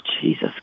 Jesus